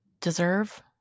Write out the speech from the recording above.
deserve